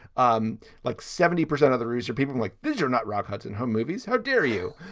um like seventy percent of the rooms are people like these are not rock hudson home movies. how dare you?